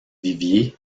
vivier